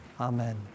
Amen